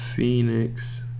Phoenix